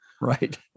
right